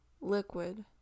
liquid